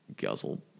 Guzzle